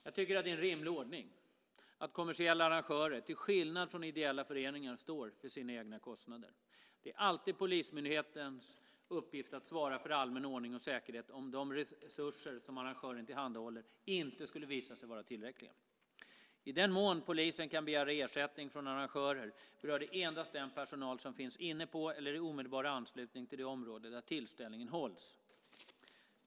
Jag tycker att det är en rimlig ordning att kommersiella arrangörer, till skillnad från ideella föreningar, står för sina egna kostnader. Det är alltid polismyndighetens uppgift att svara för allmän ordning och säkerhet om de resurser som arrangören tillhandahåller inte skulle visa sig vara tillräckliga. I den mån polisen kan begära ersättning från arrangörer berör det endast den personal som finns inne på eller i omedelbar anslutning till det område där tillställningen hålls.